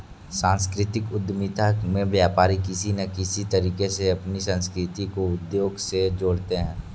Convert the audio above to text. सांस्कृतिक उद्यमिता में व्यापारी किसी न किसी तरीके से अपनी संस्कृति को उद्योग से जोड़ते हैं